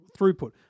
throughput